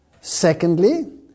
Secondly